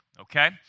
okay